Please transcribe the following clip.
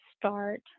start